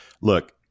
look